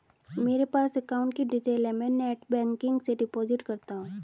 मेरे पास अकाउंट की डिटेल है मैं नेटबैंकिंग से डिपॉजिट करता हूं